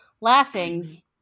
Laughing